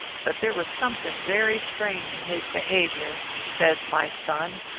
but there was something very strange in his behaviour, says my son,